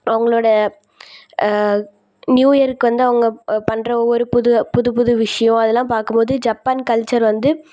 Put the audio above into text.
அவங்களோட நியூ இயருக்கு வந்து அவங்க பண்ணுற ஒவ்வொரு புது புது புது விஷயம் அதெல்லாம் பார்க்கும்போது ஜப்பான் கல்ச்சர் வந்து